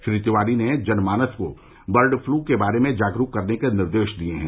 श्री तिवारी ने जनमानस को बर्ड फ्लू के बारे में जागरूक करने के निर्देश दिये हैं